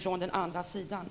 från den andra sidan.